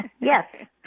Yes